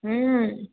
হুম